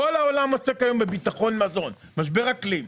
כל העולם עוסק היום בביטחון מזון ומשבר אקלים.